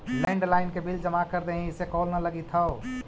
landline के bill जमा कर देहीं, इसे कॉल न लगित हउ